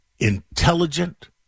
Intelligent